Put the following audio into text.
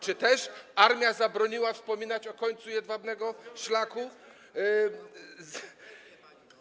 Czy też armia zabroniła wspominać o końcu jedwabnego szlaku?